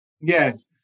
Yes